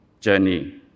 Journey